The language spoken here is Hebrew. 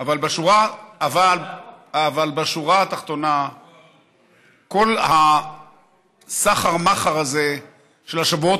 אבל בשורה התחתונה כל הסחר-מכר הזה של השבועות